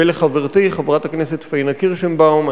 ולחברתי חברת הכנסת פניה קירשנבאום.